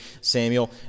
Samuel